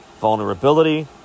Vulnerability